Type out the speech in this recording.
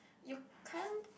you can't